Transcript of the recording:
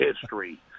history